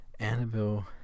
Annabelle